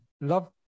love